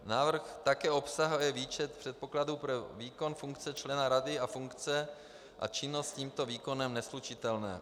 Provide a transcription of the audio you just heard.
Návrh také obsahuje výčet předpokladů pro výkon funkce člena rady a funkce a činnost s tímto výkonem neslučitelné.